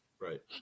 right